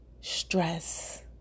stress